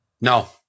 No